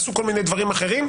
עשו כל מיני דברים אחרים,